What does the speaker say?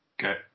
Okay